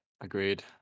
agreed